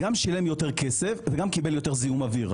גם שילם יותר כסף וגם קיבל יותר זיהום אוויר.